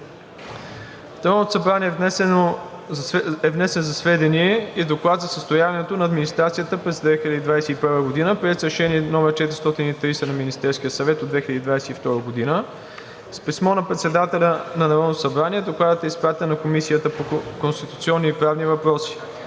Народното събрание е внесен за сведение Доклад за състоянието на администрацията през 2021 г., приет с Решение № 430 на Министерския съвет от 2022 г. С писмо на председателя на Народното събрание Докладът е изпратен на Комисията по конституционни и правни въпроси.